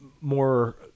more